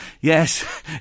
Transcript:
yes